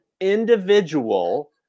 individual